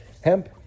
Hemp